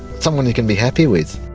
someone you can be happy with.